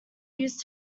used